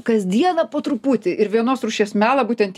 kasdieną po truputį ir vienos rūšies melą būtent